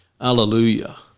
Hallelujah